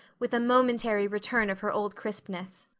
with a momentary return of her old crispness.